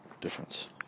difference